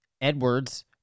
Edwards